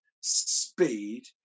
speed